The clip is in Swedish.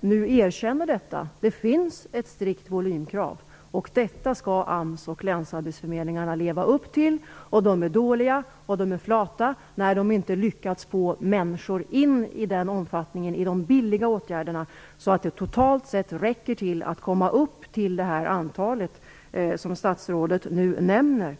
nu erkänner att det finns ett strikt volymkrav och att AMS och länsarbetsförmedlingarna skall leva upp till detta. Och de är dåliga, och de är flata när de inte lyckas få in människor i de billiga åtgärderna i en sådan omfattning att man uppnår det antal som statsrådet nu nämner.